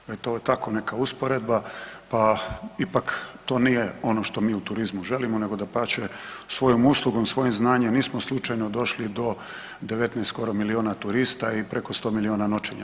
E to je tako neka usporedba, pa ipak to nije ono što mi u turizmu želimo nego dapače svojom uslugom, svojim znanjem, nismo slučajno došli do 19 skoro milijuna turista i preko 100 milijuna noćenja.